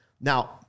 Now